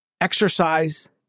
exercise